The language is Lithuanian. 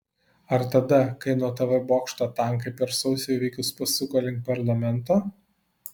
ar tada kai nuo tv bokšto tankai per sausio įvykius pasuko link parlamento